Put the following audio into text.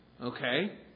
Okay